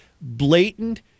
blatant